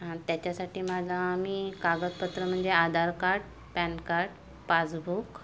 आणि त्याच्यासाठी माझा मी कागदपत्र म्हणजे Aadhaar card PAN card passbook